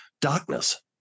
darkness